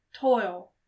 toil